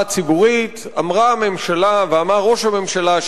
הציבורית אמרה הממשלה ואמר ראש הממשלה,